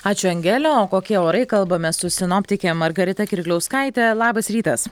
ačiū angele o kokie orai kalbamės su sinoptike margarita kirkliauskaite labas rytas